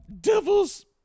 devil's